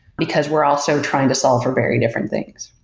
because we're also trying to solve for very different things.